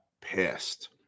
pissed